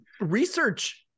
research